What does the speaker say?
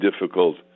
difficult